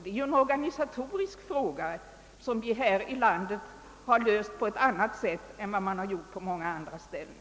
Det är också en organisatorisk fråga och den har vi i vårt land löst på ett annat sätt än man har gjort på många andra ställen.